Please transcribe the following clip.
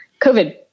COVID